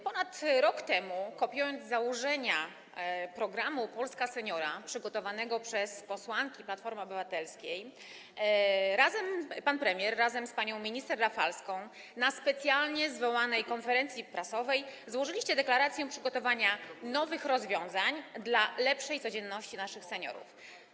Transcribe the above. Ponad rok temu, kopiując założenia programu „Polska seniora” przygotowanego przez posłanki Platformy Obywatelskiej, pan premier razem z panią minister Rafalską na specjalnie zwołanej konferencji prasowej złożyli deklarację dotyczącą przygotowania nowych rozwiązań, jeśli chodzi o lepszą codzienność naszych seniorów.